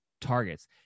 targets